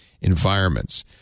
environments